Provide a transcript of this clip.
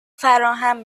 فراهم